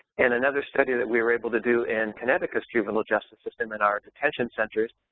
and another study that we were able to do in connecticut's juvenile justice system in our detention centers,